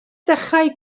ddechrau